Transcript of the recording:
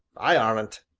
i aren't.